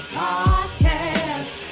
podcast